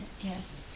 yes